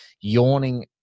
yawning